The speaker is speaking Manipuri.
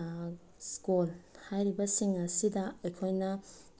ꯏꯁꯀꯣꯟ ꯍꯥꯏꯔꯤꯕꯁꯤꯡ ꯑꯁꯤꯗ ꯑꯩꯈꯣꯏꯅ